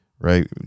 right